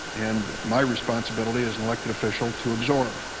and my responsibility as an elected official to absorb.